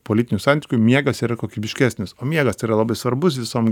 po lytinių santykių miegas yra kokybiškesnis o miegas tai yra labai svarbu visom